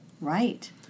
Right